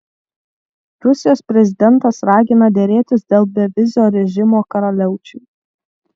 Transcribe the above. rusijos prezidentas ragina derėtis dėl bevizio režimo karaliaučiui